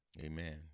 Amen